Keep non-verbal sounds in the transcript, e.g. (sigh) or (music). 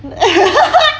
(laughs)